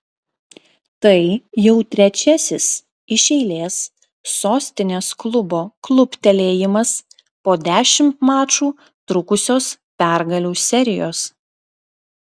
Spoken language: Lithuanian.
tai jau trečiasis iš eilės sostinės klubo kluptelėjimas po dešimt mačų trukusios pergalių serijos